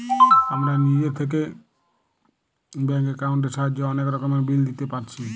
আমরা নিজে থিকে ব্যাঙ্ক একাউন্টের সাহায্যে অনেক রকমের বিল দিতে পারছি